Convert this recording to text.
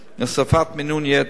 להוספת מינון יתר.